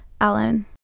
Alan